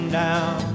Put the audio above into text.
down